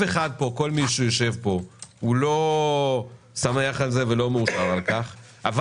כל מי שיושב פה לא שמח על זה ולא מאושר על כך אבל